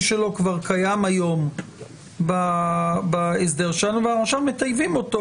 שלו כבר קיים היום בהסדר שלנו ואנחנו עכשיו מטייבים אותו,